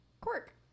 quirk